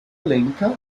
lenca